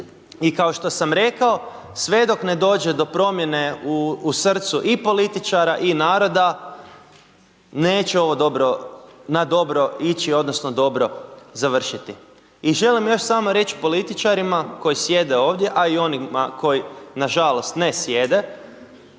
I kao što sam rekao sve dok ne dođe do promjene u srcu i političara i naroda neće ovo dobro, na dobro ići odnosno dobro završiti. I želim još samo reći političarima, koji sjede ovdje, a i onima koji na žalost ne sjede,